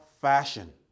fashion